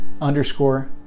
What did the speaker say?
underscore